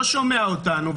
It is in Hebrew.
לא שומע אותנו,